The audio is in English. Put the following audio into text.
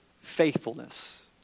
faithfulness